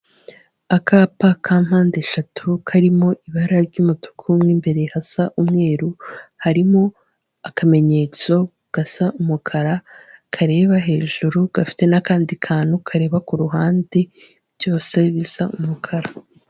Akapa ka mpande eshatu karimo ibara ry'umutuku mo imbere hasa umweru, harimo akamenyetso gasa umukara, kareba hejuru, gafite n'akandi kantu kareba ku ruhande, byose bisa umukara.